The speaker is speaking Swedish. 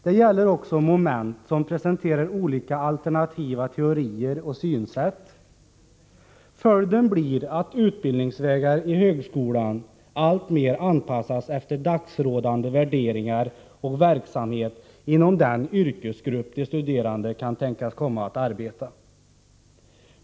Det gäller också moment som presenterar olika alternativa teorier och synsätt. Följden blir att utbildningsvägar i högskolan alltmer anpassas efter dagsrådande värderingar och verksamhet inom den yrkesgrupp där de studerande kan tänkas komma att arbeta.